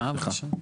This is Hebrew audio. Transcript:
סליחה.